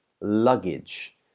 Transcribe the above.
luggage